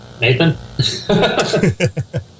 Nathan